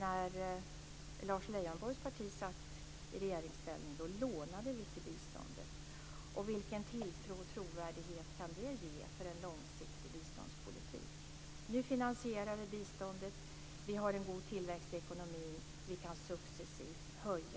När Lars Leijonborgs parti satt i regeringsställning lånade man till biståndet. Vilken tilltro och trovärdighet kan det ge för en långsiktig biståndspolitik? Nu finansierar vi biståndet. Vi har en god tillväxt i ekonomin. När vi tittar framåt ser vi